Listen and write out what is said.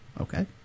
okay